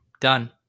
Done